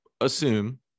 assume